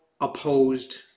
opposed